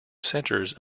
centers